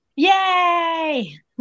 Yay